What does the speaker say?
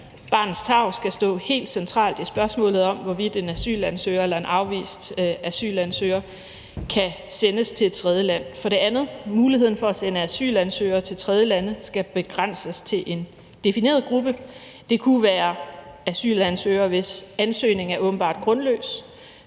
barnets tarv skal stå helt centralt i spørgsmålet om, hvorvidt en asylansøger eller en afvist asylansøger kan sendes til et tredjeland. For det andet skal muligheden for at sende asylansøgere til tredjelande begrænses til en defineret gruppe. Det kunne være asylansøgere, hvis ansøgning er åbenbart grundløs;